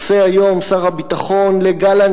עושה היום שר הביטחון לגלנט,